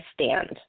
stand